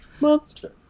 Monster